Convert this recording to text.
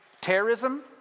terrorism